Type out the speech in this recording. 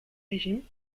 régime